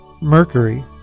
Mercury